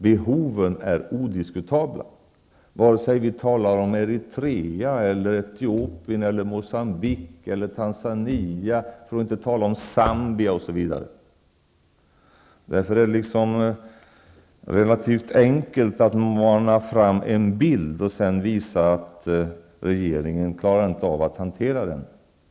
Behoven är odiskutabla, vare sig vi talar om Eritrea eller Etiopien eller Moçambique eller Tanzania, för att inte tala om Zambia osv. Därför är det relativt enkelt att mana fram en bild och sedan visa att regeringen inte klarar av att hantera den.